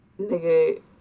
nigga